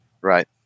Right